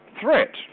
threat